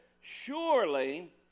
Surely